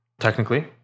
technically